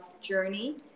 journey